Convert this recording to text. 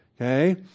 okay